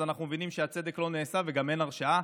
אנחנו מבינים שהצדק לא נעשה וגם אין הרשעה.